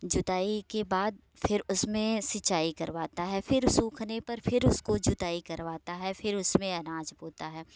जुताई के बाद फिर उसमें सिंचाई करवाता है फिर सूखने पर फिर उसको जुताई करवाता है उस उसमें अनाज बोता है